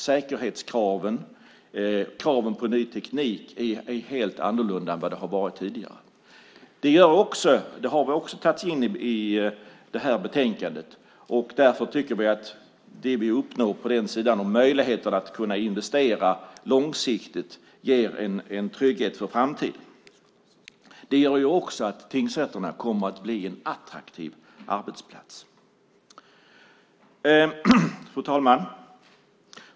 Säkerhetskraven och kraven på ny teknik kommer att var helt annorlunda än vad de har varit tidigare. Det har också tagits in i det här betänkandet. Därför tycker vi att det vi uppnår när det gäller möjligheter att investera långsiktigt ger en trygghet för framtiden. Tingsrätterna kommer också att bli en attraktiv arbetsplats. Fru talman!